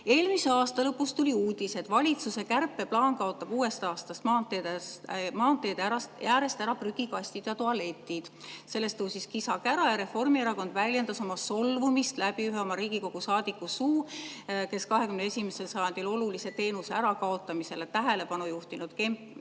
jälle. Eelmise aasta lõpus tuli uudis, et valitsuse kärpeplaan kaotab uuest aastast maanteede äärest ära prügikastid ja tualetid. Sellest tõusis kisa-kära ja Reformierakond väljendas oma solvumist läbi ühe oma Riigikogu saadiku suu, kes 21. sajandil olulise teenuse ärakaotamisele tähelepanu juhtinud